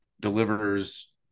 delivers